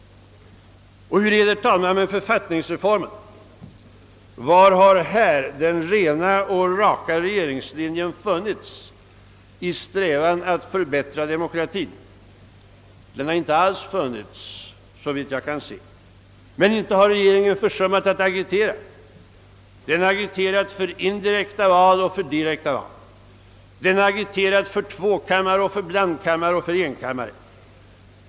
Hur är det, herr talman, med författningsreformen? Var har här den rena och raka regeringslinjen funnits i strävan att förbättra demokratien? Den har inte alls funnits, såvitt jag kan se. Men inte har regeringen försummat att agitera. Den har agiterat för indirekta val och för direkta val. Den har agiterat för två kammare, för blandkammare och för en kammare.